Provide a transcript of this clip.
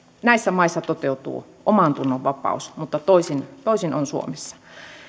näissä maissa toteutuu omantunnonvapaus mutta toisin toisin on suomessa